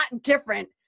different